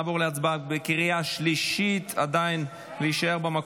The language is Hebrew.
נעבור להצבעה בקריאה שלישית על הצעת